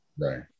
right